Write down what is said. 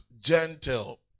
gentle